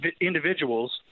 individuals